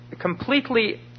completely